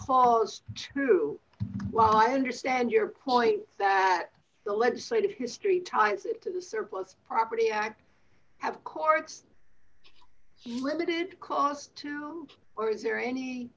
clause two well i understand your point that the legislative history tines it to the surplus property act have courts limited cost but is there any